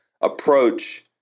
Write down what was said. approach